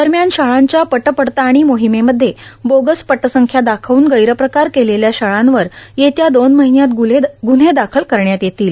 दरम्यान शाळांच्या पटपडताळणी मोोहमेमध्ये बोगस पटसंख्या दाखवून गैरप्रकार केलेल्या शाळांवर येत्या दोन र्माहन्यात ग्रन्हे दाखल करण्यात येतील